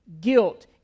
guilt